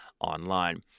online